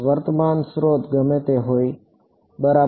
વર્તમાન સ્ત્રોત ગમે તે હોય બરાબર